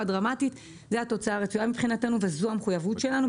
דרמטית מבחינתנו זאת התוצאה הרצויה וזאת המחויבות שלנו,